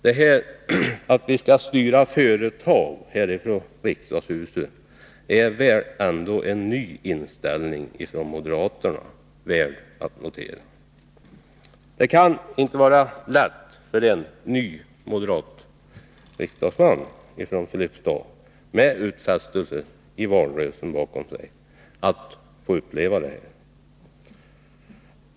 Detta att vi skall styra företag från riksdagshuset är väl ändå en ny inställning från moderaterna som är värd att notera. Det kan inte vara lätt för en ny moderat riksdagsman från Filipstad, med utfästelser i valrörelsen bakom sig, att behöva uppleva detta.